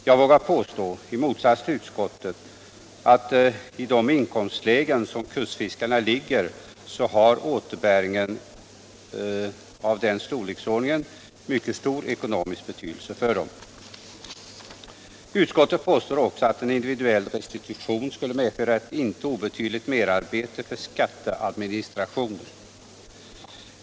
Jag vågar påstå, i motsats till utskottet, att en återbäring av den storleksordningen i de inkomstlägen där kustfiskarna ligger blir av stor ekonomisk betydelse för dem. Utskottet påstår också att en individuell restitution skulle medföra ett inte obetydligt merarbete för skatteadministrationen.